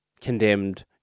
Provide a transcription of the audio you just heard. condemned